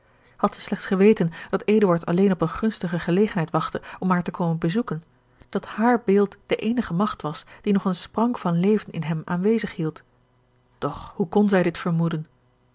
had zij slechts geweten dat eduard alleen op eene gunstige gelegenheid wachtte om haar te komen bezoeken dat haar beeld de george een ongeluksvogel eenige magt was die nog eene sprank van leven in hem aanwezig hield doch hoe kon zij dit vermoeden